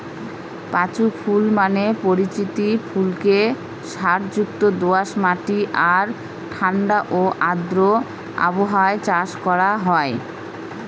পাঁচু ফুল নামে পরিচিত ফুলকে সারযুক্ত দোআঁশ মাটি আর ঠাণ্ডা ও আর্দ্র আবহাওয়ায় চাষ করা হয়